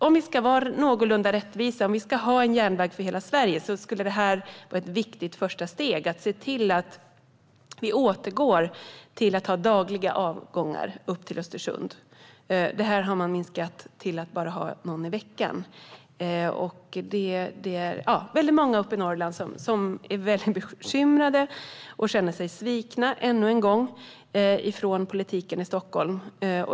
Om vi ska vara någorlunda rättvisa, och om vi ska ha en järnväg för hela Sverige, skulle det vara ett viktigt första steg att återgå till att ha dagliga avgångar upp till Östersund. Det har man minskat till att bara ha någon avgång i veckan. Många i Norrland är bekymrade och känner sig svikna ännu en gång av politiken i Stockholm.